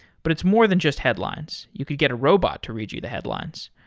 but it's more than just headlines. you could get a robot to read you the headlines.